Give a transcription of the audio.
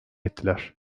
ettiler